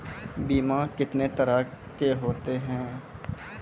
बीमा कितने तरह के होते हैं?